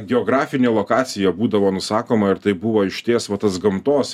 geografinė lokacija būdavo nusakoma ir tai buvo išties va tas gamtos